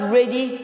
ready